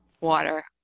water